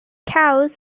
cows